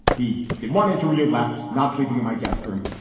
he did one interview left not sleeping in my guest room,